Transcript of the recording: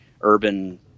urban